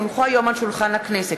כי הונחו היום על שולחן הכנסת,